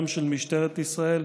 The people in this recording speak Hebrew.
גם של משטרת ישראל,